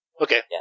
Okay